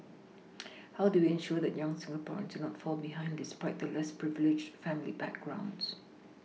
how do we ensure that young Singaporeans do not fall behind despite their less privileged family backgrounds